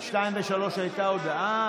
על 2 ו-3 הייתה הודעה.